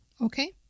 Okay